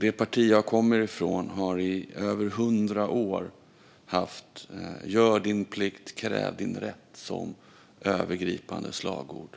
Det parti jag kommer ifrån har i över hundra år haft "gör din plikt, kräv din rätt" som övergripande slagord.